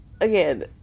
again